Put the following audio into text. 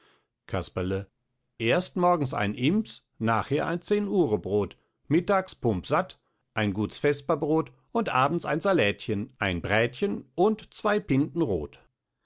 casperle erst morgens ein imbs hernach ein zehnuhrebrot mittags pumpsatt ein guts vesperbrot und abends ein schlätchen salätchen ein brätchen und zwei pinten roth